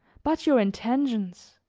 but your intentions